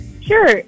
Sure